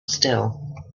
still